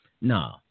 No